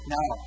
Now